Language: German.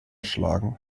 schlagen